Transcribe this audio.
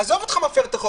עזוב אותך מפר את החוק,